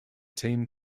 team